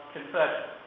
Confession